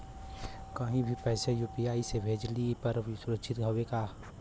कहि भी पैसा यू.पी.आई से भेजली पर ए सुरक्षित हवे का?